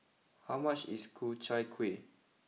how much is Ku Chai Kuih